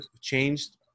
changed